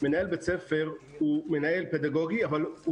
מנהל בית ספר הוא מנהל פדגוגי אבל הוא